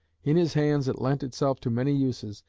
in his hands it lent itself to many uses,